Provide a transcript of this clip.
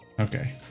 okay